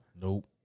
Nope